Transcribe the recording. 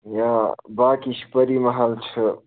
یا باقٕے چھِ پٔری محل چھُ